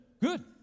Good